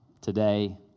Today